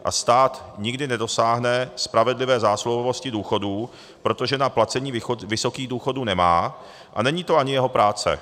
A stát nikdy nedosáhne spravedlivé zásluhovosti důchodů, protože na placení vysokých důchodů nemá a není to ani jeho práce.